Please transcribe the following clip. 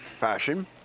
fashion